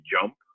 jump